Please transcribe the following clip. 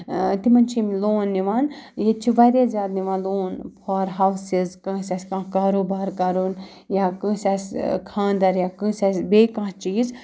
تِمَن چھِ یِم لون نِوان ییٚتہِ چھِ واریاہ زیادٕ نِوان لون فار ہاوسِز کٲنٛسہِ آسہِ کانٛہہ کاروبار کَرُن یا کٲنٛسہِ آسہِ خاندَر یا کٲنٛسہِ آسہِ بیٚیہِ کانٛہہ چیٖز